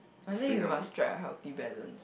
I think you must strike a healthy balance